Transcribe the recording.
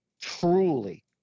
truly